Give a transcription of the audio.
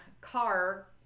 car